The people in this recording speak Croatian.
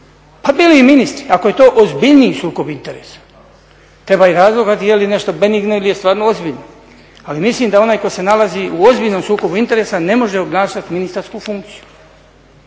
pa bili i ministri, ako je to ozbiljniji sukob interesa. Treba ih razlikovati je li nešto benigno ili je stvarno ozbiljno. Ali mislim da onaj tko se nalazi u ozbiljnom sukobu interesa ne može obnašati ministarsku funkciju.